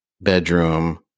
bedroom